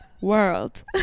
world